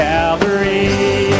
Calvary